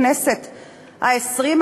הכנסת ה-20,